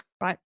right